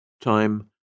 Time